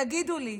תגידו לי,